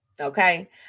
Okay